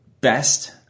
best